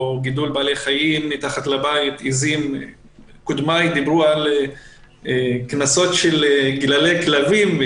גידול בעלי חיים מתחת לבית קודמיי דיברו על קנסות של גללי כלבים,